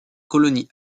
colonie